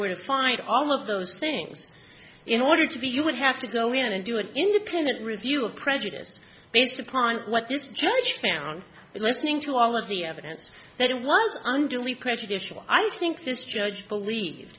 were to find all of those things in order to be you would have to go in and do an independent review of prejudice based upon what this judge found listening to all of the evidence that it was unduly prejudicial i think this judge believed